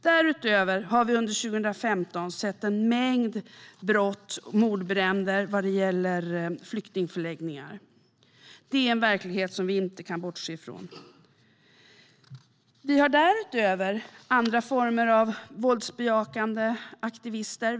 Därutöver har vi under 2015 sett en mängd mordbränder på flyktingförläggningar. Det är en verklighet som vi inte kan bortse från. Vi har därutöver andra former av våldsbejakande aktivister.